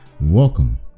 Welcome